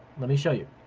let me show you.